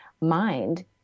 mind